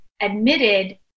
admitted